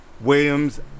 Williams